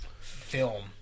film